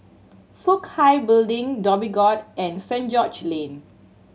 Fook Hai Building Dhoby Ghaut and Saint George Lane